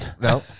no